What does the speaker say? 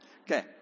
Okay